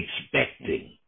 expecting